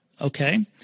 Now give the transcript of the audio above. okay